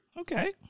Okay